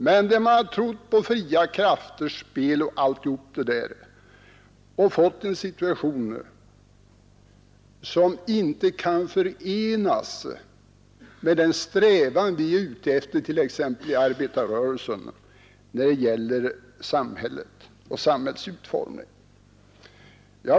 Man har trott på fria krafters spel och har hamnat i en situation, som inte kan förenas med den strävan vi har t.ex. inom arbetarrörelsen när det gäller samhällets utformning.